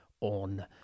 on